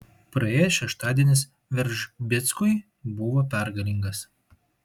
praėjęs šeštadienis veržbickui buvo pergalingas